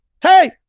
hey